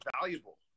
valuable